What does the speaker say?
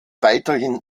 weiterhin